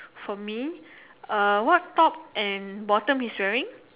for me uh what top and bottom he's wearing